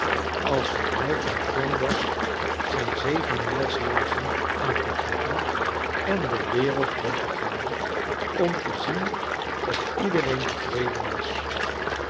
alsof hij van plan was zijn zevenmijlslaarzen aan te trekken en de wereld rond te gaan om te zien of iedereen tevreden was